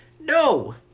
No